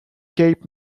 cape